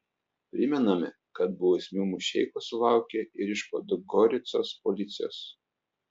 primename kad bausmių mušeikos sulaukė ir iš podgoricos policijos